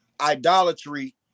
idolatry